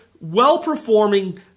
well-performing